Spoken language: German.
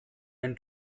ein